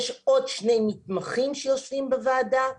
יש עוד שני מתמחים שיושבים בוועדה.